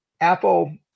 apple